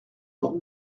pour